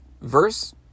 verse